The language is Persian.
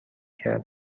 کرد